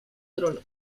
trono